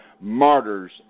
martyrs